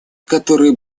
которые